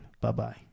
Bye-bye